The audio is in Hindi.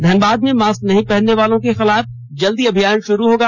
धनबाद में मास्क नहीं पहनने वालों के खिलाफ जल्द अभियान शुरू होगा